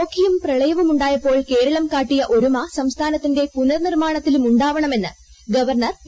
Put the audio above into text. ഓഖിയും പ്രളയവും ഉണ്ടായപ്പോൾ കേരളം കാട്ടിയ ഒരുമ സംസ്ഥാനത്തിന്റെ പുനർ നിർമ്മാണത്തിലും ഉണ്ടാവണമെന്ന് ഗവർണർ പി